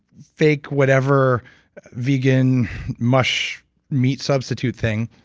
fake whatever vegan mush meat substitute thing.